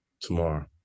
tomorrow